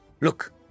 Look